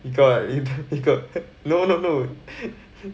you got you got no no no